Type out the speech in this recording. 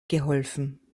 geholfen